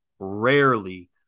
rarely